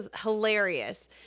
hilarious